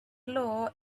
law